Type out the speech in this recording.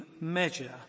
measure